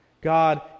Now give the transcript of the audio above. God